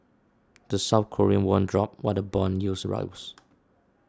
the South Korean won dropped while the bond yields rose